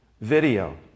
video